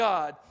God